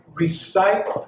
recite